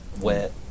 wet